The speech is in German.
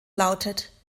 lautet